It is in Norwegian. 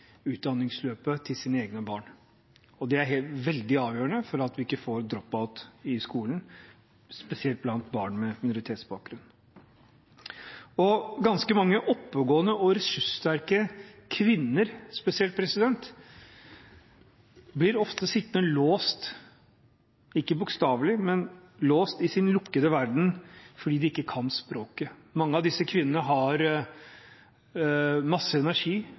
utdanningsløpet til sine egne barn. Det er veldig avgjørende for at vi ikke skal få drop-out i skolen, spesielt blant barn med minoritetsbakgrunn. Ganske mange oppegående og ressurssterke kvinner – dette gjelder spesielt kvinner – blir ofte sittende låst fast, ikke bokstavelig ment, i sin lukkede verden fordi de ikke kan språket. Mange av disse kvinnene har masse energi,